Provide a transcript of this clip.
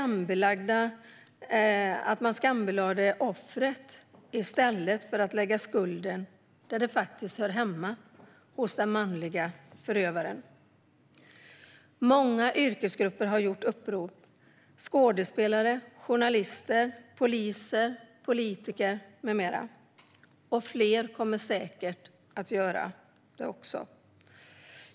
Man skambelade offret i stället för att lägga skulden där den faktiskt hör hemma: hos den manliga förövaren. Många yrkesgrupper har gjort upprop - skådespelare, journalister, poliser, politiker med mera. Fler kommer säkert att göra det.